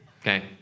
okay